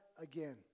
again